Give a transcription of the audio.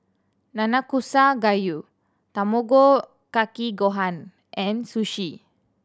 Nanakusa Gayu Tamago Kake Gohan and Sushi